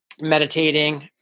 meditating